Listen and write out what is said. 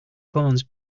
bones